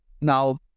Now